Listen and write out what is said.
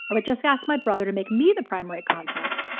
but just ask my brother to make me the primary contact,